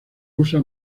usa